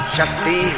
Shakti